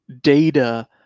data